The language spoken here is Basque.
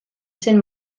zen